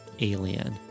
alien